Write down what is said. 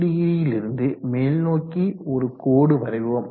150 யிலிருந்து மேல்நோக்கி ஒரு கோடு வரைவோம்